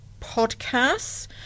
podcasts